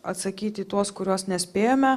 atsakyti į tuos kuriuos nespėjome